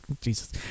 Jesus